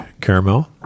caramel